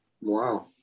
Wow